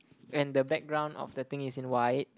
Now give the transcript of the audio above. and the background of the thing is in white